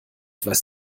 weiß